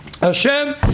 Hashem